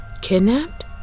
Kidnapped